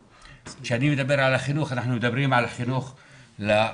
כשאני מדבר על חינוך אנחנו מדברים על חינוך לערבים,